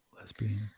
lesbian